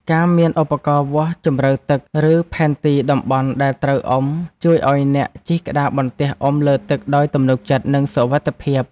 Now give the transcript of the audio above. ការមានឧបករណ៍វាស់ជម្រៅទឹក ឬផែនទីតំបន់ដែលត្រូវអុំ ជួយឱ្យអ្នកជិះក្តារបន្ទះអុំលើទឹកដោយទំនុកចិត្ត និងសុវត្ថិភាព។